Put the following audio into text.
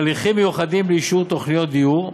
הליכים מיוחדים לאישור תוכניות לדיור,